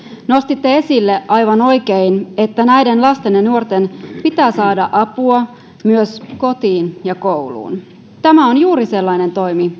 nostitte esille aivan oikein että näiden lasten ja nuorten pitää saada apua myös kotiin ja kouluun tämä on juuri sellainen toimi